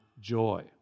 joy